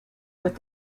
with